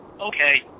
okay